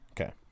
Okay